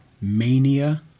mania